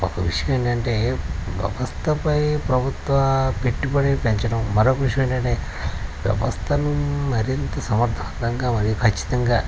ఒక విషయం ఏంటంటే వ్యవస్థపై ప్రభుత్వ పెట్టుబడి పెంచడం మరొక్క విషయం ఏంటంటే వ్యవస్థను మరింత సమర్ధవంతగా మరియు ఖచ్చితంగా